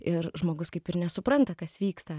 ir žmogus kaip ir nesupranta kas vyksta